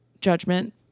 judgment